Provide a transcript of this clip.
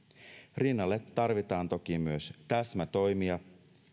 rinnalle tarvitaan toki myös täsmätoimia